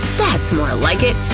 that's more like it.